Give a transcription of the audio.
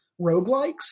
roguelikes